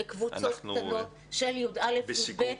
בקבוצות קטנות של י"א ו-י"ב,